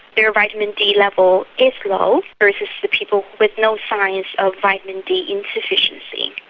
their vitamin d level is low, versus the people with no signs of vitamin d insufficiency.